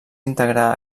integrar